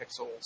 Pixels